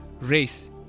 race